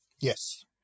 Yes